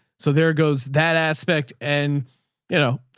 so there goes that aspect and you know,